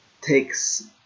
takes